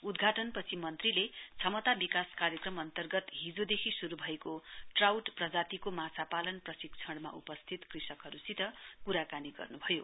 उद्घाटनपछि मन्त्रीले क्षमता विकास कार्यक्रम अन्तर्गत हिजोदेखि श्रू भएको ट्राउट प्रजातिको माछा पालन प्रशिक्षणमा उपस्थित कृषकहरूसित कुराकानी गर्नुभयो